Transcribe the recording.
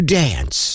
dance